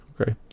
okay